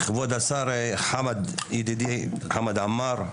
כבוד השר חמד עמאר,